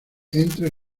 entre